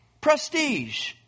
prestige